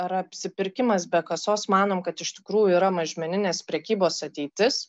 ar apsipirkimas be kasos manom kad iš tikrųjų yra mažmeninės prekybos ateitis